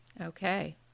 Okay